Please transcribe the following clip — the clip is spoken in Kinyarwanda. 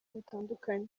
butandukanye